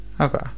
okay